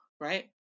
right